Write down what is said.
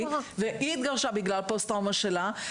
והיא התגרשה בגלל פוסט-טראומה שלה,